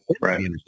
Right